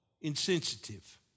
insensitive